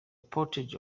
portage